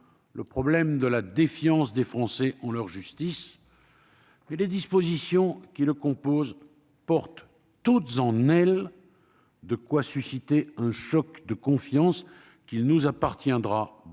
le problème de la défiance des Français envers leur justice, mais ses dispositions portent toutes en elles de quoi susciter un choc de confiance qu'il nous appartiendra de